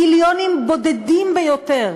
מיליונים בודדים ביותר,